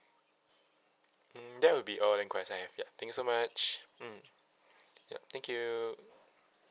mm that will be all the enquiries I have ya thank you so much mm ya thank you